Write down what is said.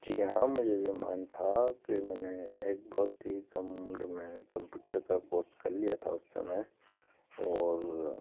जी हाँ मुझे भी अभिमान था कि मैंने एक बहुत ही कम उम्र में कंप्यूटर का का कोर्स कर लिया था उस समय और